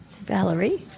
Valerie